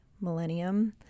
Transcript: millennium